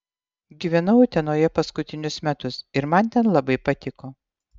gyvenau utenoje paskutinius metus ir man ten labai patiko